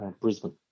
Brisbane